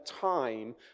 time